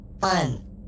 fun